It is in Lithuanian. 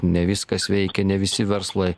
ne viskas veikia ne visi verslai